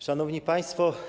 Szanowni Państwo!